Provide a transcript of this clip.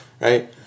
right